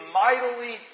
mightily